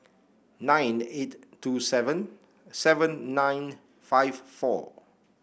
nine eight two seven seven nine five four